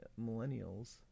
millennials